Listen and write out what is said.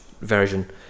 version